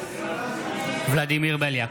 בעד ולדימיר בליאק,